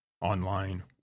online